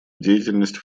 деятельность